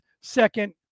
second